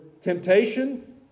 temptation